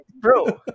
bro